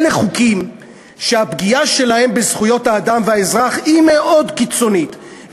אלה חוקים שהפגיעה שלהם בזכויות האדם והאזרח היא מאוד קיצונית,